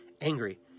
angry